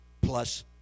plus